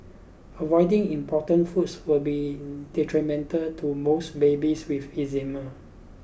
avoiding important foods will be detrimental to most babies with eczema